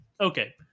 okay